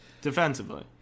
Defensively